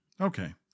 Okay